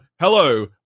hello